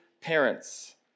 parents